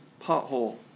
pothole